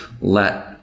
let